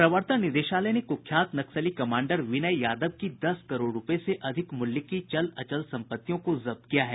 प्रवर्तन निदेशालय ने कुख्यात नक्सली कमांडर विनय यादव की दस करोड़ रूपये से अधिक मूल्य की चल अचल संपत्तियों को जब्त किया है